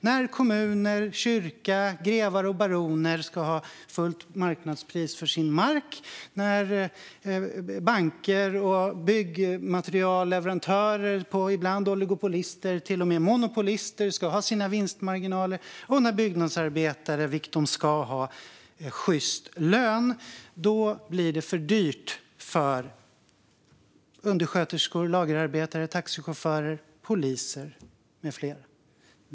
När kommuner, kyrka, grevar och baroner ska ha fullt marknadspris för sin mark, när banker och byggmaterialleverantörer, ibland oligopolister eller till och med monopolister, ska ha sina vinstmarginaler och när byggnadsarbetare ska ha sjyst lön, vilket de ska ha, blir det för dyrt för undersköterskor, lagerarbetare, taxichaufförer, poliser med flera.